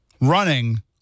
running